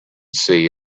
see